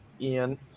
Ian